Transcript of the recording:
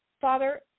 Father